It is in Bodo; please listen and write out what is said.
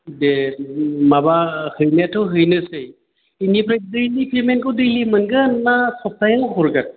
दे माबा हैनायाथ' हैनोसै बिनिफ्राय दैलि फेमेनखौ दैलि मोनगोन ना सप्तायाव हरगोन